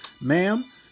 ma'am